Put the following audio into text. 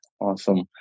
Awesome